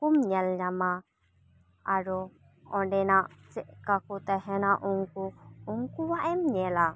ᱠᱩᱢ ᱧᱮᱞ ᱧᱟᱢᱟ ᱟᱨᱚ ᱚᱸᱰᱮᱱᱟᱜ ᱪᱮᱫᱞᱮᱠᱟ ᱠᱚ ᱛᱟᱦᱮᱱᱟ ᱩᱱᱠᱩ ᱩᱱᱠᱩᱭᱟᱜ ᱮᱢ ᱧᱮᱞᱟ